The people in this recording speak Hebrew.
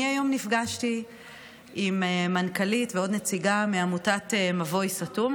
אני היום נפגשתי עם מנכ"לית ועם עוד נציגה מעמותת מבוי סתום.